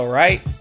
right